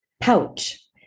pouch